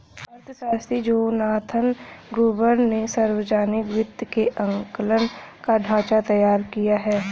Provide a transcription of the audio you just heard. अर्थशास्त्री Jonathan Gruber ने सावर्जनिक वित्त के आंकलन का ढाँचा तैयार किया है